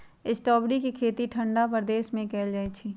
strawberry के खेती ठंडा प्रदेश में कएल जाइ छइ